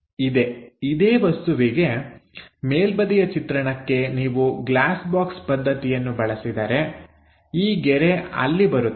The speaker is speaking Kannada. ಇದೆ ಇದೇ ವಸ್ತುವಿಗೆ ಮೇಲ್ಬದಿಯ ಚಿತ್ರಣಕ್ಕೆ ನೀವು ಗ್ಲಾಸ್ ಬಾಕ್ಸ್ ಪದ್ಧತಿಯನ್ನು ಬಳಸಿದರೆ ಈ ಗೆರೆ ಅಲ್ಲಿ ಬರುತ್ತದೆ